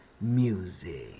music